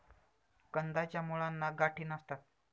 कंदाच्या मुळांना गाठी नसतात